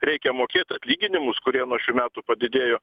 reikia mokėt atlyginimus kurie nuo šių metų padidėjo